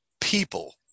people